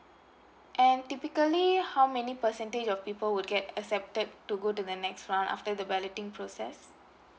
and typically how many percentage of people would get accepted to go to the next round after the balloting process